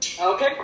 Okay